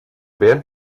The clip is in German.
während